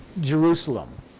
Jerusalem